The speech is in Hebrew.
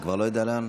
אני כבר לא יודע לאן,